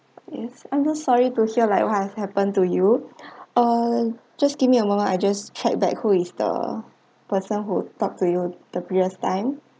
yes I'm just sorry to hear like what has happen to you ah just give me a moment I just checked back who is the person who talk to you the previous time